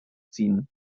ziehen